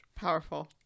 Powerful